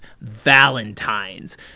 valentines